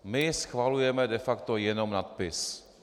My schvalujeme de facto jenom nadpis.